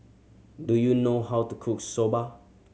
do you know how to cook Soba